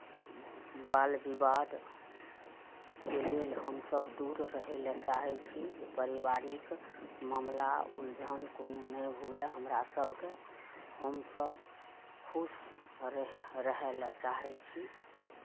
बाद विवाद के लेल हमसब दूर रहै लए चाहै छी जे पारिवारिक मामला उल्झन कोनो नहि हुए हमरा सभके हमसब खुश रहे रहै लए चाहै छी